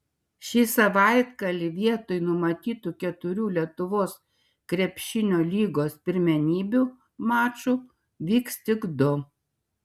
šį savaitgalį vietoj numatytų keturių lietuvos krepšinio lygos pirmenybių mačų vyks tik du